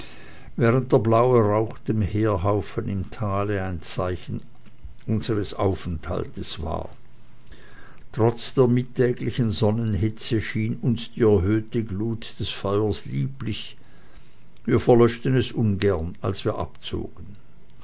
während der blaue rauch dem heerhaufen im tale ein zeichen unseres aufenthaltes war trotz der mittäglichen sonnenhitze schien uns die erhöhte glut des feuers lieblich wir verlöschten es ungern als wir abzogen